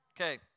Okay